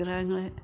വിഗ്രഹങ്ങളെ